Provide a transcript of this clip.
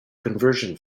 conversion